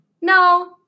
No